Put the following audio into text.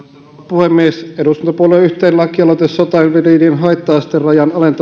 puhemies eduskuntapuolueiden yhteinen lakialoite sotainvalidien haitta asterajan